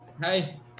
hey